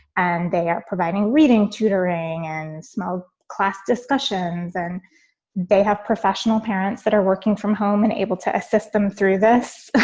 and they are providing reading, tutoring and small class discussions. and they have professional parents that are working from home and able to assist them through this.